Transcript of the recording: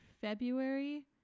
February